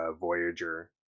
voyager